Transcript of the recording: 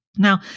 Now